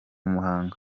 muhango